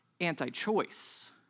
anti-choice